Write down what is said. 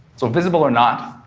so visible or not,